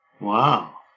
Wow